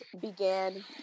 began